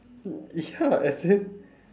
ya as in